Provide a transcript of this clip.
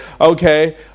Okay